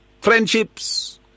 friendships